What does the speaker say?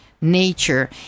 nature